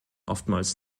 oftmals